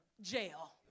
jail